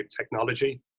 technology